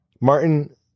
Martin